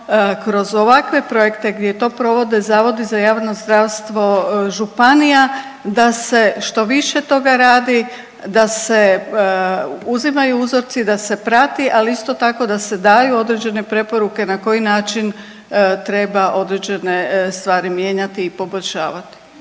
kroz ovakve projekte gdje to provode zavodi za javno zdravstvo županija da se što više toga radi, da se uzimaju uzorci, da se prati, ali isto tako da se daju određene preporuke na koji način treba određene stvari mijenjati i poboljšavati.